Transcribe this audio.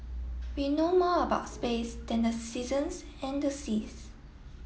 we know more about space than the seasons and the seas